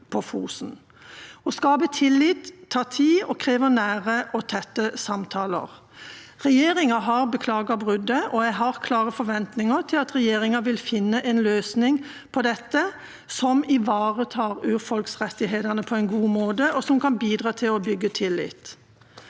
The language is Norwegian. Å skape tillit tar tid og krever nære og tette samtaler. Regjeringa har beklaget bruddet, og jeg har klare forventninger til at regjeringa vil finne en løsning på dette som ivaretar urfolksrettighetene på en god måte, og som kan bidra til å bygge tillit.